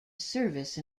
service